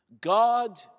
God